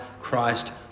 Christ